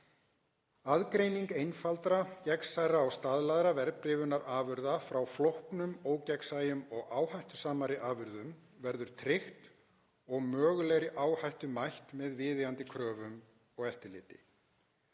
Aðgreining einfaldra, gagnsærra og staðlaðra verðbréfunarafurða frá flóknum, ógagnsæjum og áhættusamari afurðum verður tryggð og mögulegri áhættu mætt með viðeigandi kröfum og eftirliti.